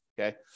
Okay